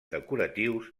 decoratius